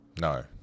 No